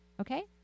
okay